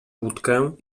łódkę